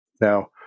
now